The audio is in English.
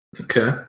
Okay